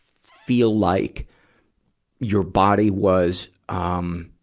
feel like your body was, um,